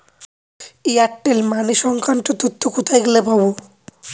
Airtel money সংক্রান্ত তথ্য কোথায় গেলে পাব?